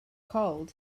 cold